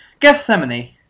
Gethsemane